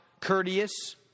courteous